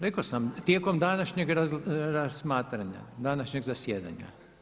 Rekao sam tijekom današnjeg razmatranja, današnjeg zasjedanja.